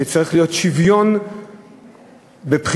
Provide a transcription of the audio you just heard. שצריך להיות שוויון בבחירות.